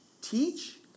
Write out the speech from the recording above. teach